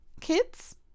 kids